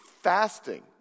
fasting